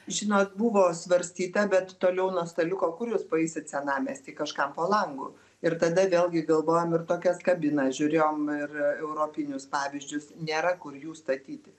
žinot buvo svarstyta bet toliau nuo staliuko kur jūs pajusit senamiesty kažkam po langu ir tada vėlgi galvojom ir tokias kabinas žiūrėjom ir europinius pavyzdžius nėra kur jų statyti